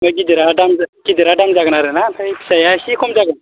बे गिदिरा दाम गिदिरा दाम जागोन आरोना ओमफ्राय फिसाया एसे खम जागोन